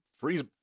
freeze